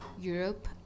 Europe